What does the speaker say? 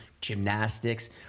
gymnastics